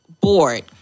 bored